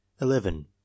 Eleven